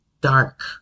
dark